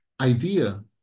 idea